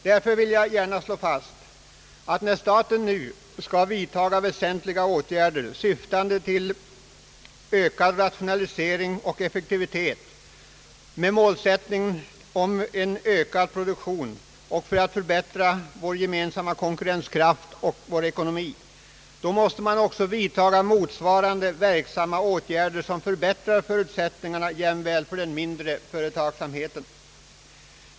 Därför vill jag gärna slå fast att när staten nu skall vidta väsentliga åtgärder syftande till ökad produktion, ökad rationalisering och större effektivitet med målsättningen att förbättra vår gemensamma konkurrenskraft och vår ekonomi, måste man också vidta motsvarande verksamma åtgärder som förbättrar förutsättningarna jämväl för den mindre företagsamheten.